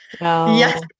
Yes